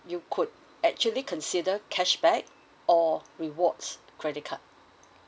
you could actually consider cashback or rewards credit card